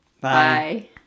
Bye